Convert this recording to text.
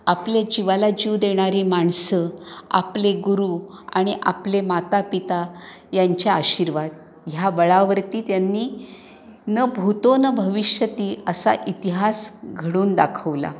आपल्या जिवाला जीव देणारी माणसं आपले गुरु आणि आपले मातापिता यांच्या आशीर्वाद ह्या बळावरती त्यांनी न भूतो न भविष्यती असा इतिहास घडवून दाखवला